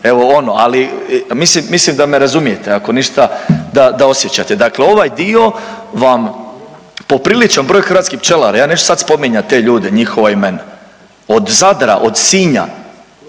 evo ono, mislim, mislim da me razumijete ako ništa da osjećate. Dakle, ovaj dio vam popriličan broj hrvatskih pčelara, ja neću sad spominjat te ljude, njihova imena od Zadra, od Sinja,